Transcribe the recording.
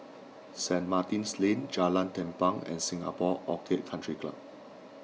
Saint Martin's Lane Jalan Tampang and Singapore Orchid Country Club